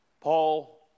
Paul